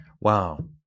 Wow